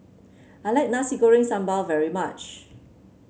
I like Nasi Goreng Sambal very much